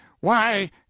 Why